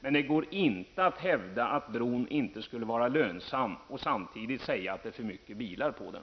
Men det går inte att hävda att bron inte skulle vara lönsam och samtidigt säga att det är för mycket bilar på den.